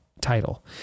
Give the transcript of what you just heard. title